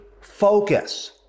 focus